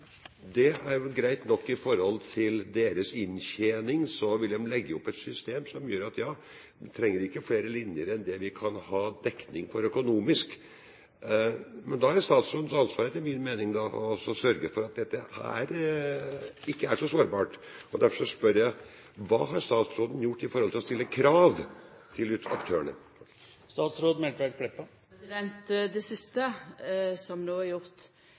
Det er vel greit nok. I forhold til deres inntjening vil de legge opp et system som gjør at de sier at vi trenger ikke flere linjer enn det vi kan ha dekning for økonomisk. Da er det etter min mening statsrådens ansvar å sørge for at dette ikke er så sårbart. Derfor spør jeg: Hva har statsråden gjort med hensyn til å stille krav til aktørene? Det siste som no er gjort,